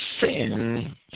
sin